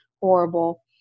horrible